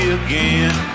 again